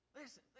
Listen